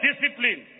discipline